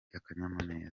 akanyamuneza